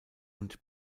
und